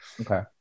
Okay